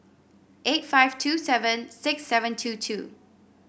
eight five two seven six seven two two